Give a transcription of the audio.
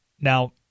Now